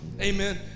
Amen